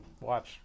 watch